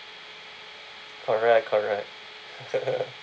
correct correct